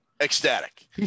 Ecstatic